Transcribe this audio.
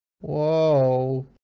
Whoa